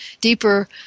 deeper